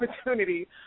opportunity